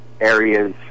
areas